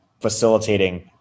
facilitating